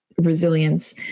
resilience